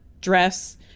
dress